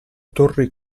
torri